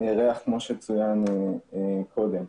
ריח כמו שצוין קודם.